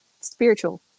spiritual